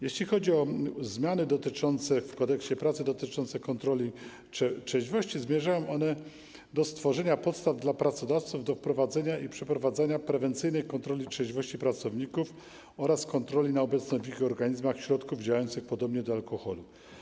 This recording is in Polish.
Jeśli chodzi o zmiany w Kodeksie pracy dotyczące kontroli trzeźwości, zmierzają one do stworzenia podstaw dla pracodawców do prowadzenia i przeprowadzania prewencyjnej kontroli trzeźwości pracowników oraz kontroli na obecność w ich organizmach środków działających podobnie do alkoholu.